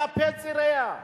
כלפי צעיריה,